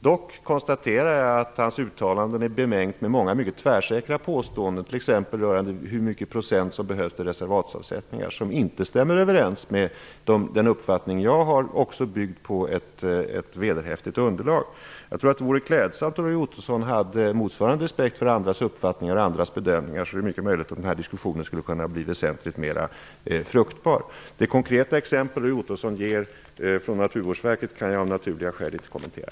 Dock konstaterar jag att hans uttalande är bemängt med många mycket tvärsäkra påståenden, t.ex. hur många procent som behövs för reservatsavsättningar. Det stämmer inte överens med den uppfattning jag har, också byggd på ett vederhäftigt underlag. Det vore klädsamt om Roy Ottosson hade motsvarande respekt för andras uppfattningar och bedömningar. Det är mycket möjligt att den här diskussionen då skulle kunna bli väsentligt mer fruktbar. Det konkreta exempel Ottosson ger kan jag av naturliga skäl inte kommentera.